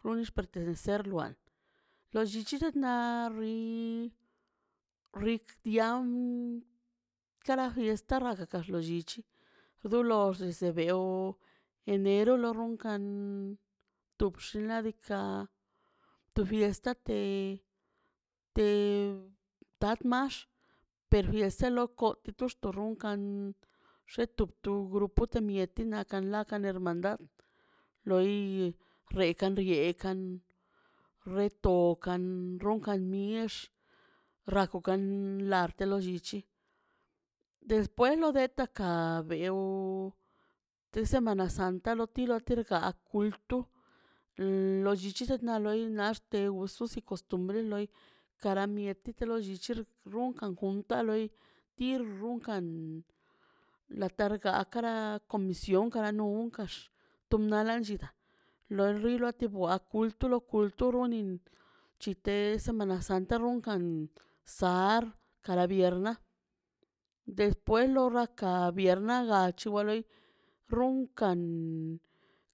xun pertenecer ruan lo llichch loa ri rig tian kara lestara gagag lollich dolo ze bewo enero lo ronkan tobx ladka tu fiesta te- te tarmax per fiesta lo ko to ronkan xeto to grupo te miete ka nakan te rmandad loi reekan riekan retokan ronkan nix rakokan ḻartelo llichichi despues de lo ka bew tsemana santa lo tiro ltiro ga kultu lo llichirt naꞌ lol naꞌ xte usos y costumbres loi kara miete lo llichir runkan juntan loi tir runkan ḻa targa kara comisión kara non kax to lnala llinla loli nolo tia kultu kulturo nin chitez semana santa runkan sar kada viernə despues lo rakar viernə lochi wele runkan.